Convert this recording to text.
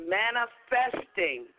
manifesting